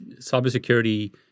cybersecurity